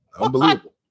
unbelievable